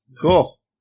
Cool